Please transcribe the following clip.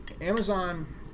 Amazon